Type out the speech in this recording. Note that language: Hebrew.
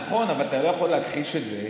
נכון, אבל אתה לא יכול להכחיש את זה.